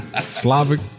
Slavic